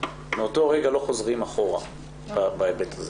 מאותו רגע לא חוזרים אחורה בהיבט הזה.